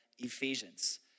Ephesians